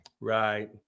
Right